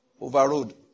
Overrode